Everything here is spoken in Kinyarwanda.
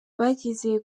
bageze